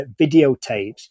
videotapes